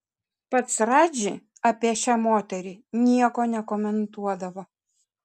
pats radži apie šią moterį nieko nekomentuodavo